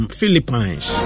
Philippines